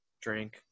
drink